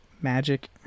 magic